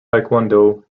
taekwondo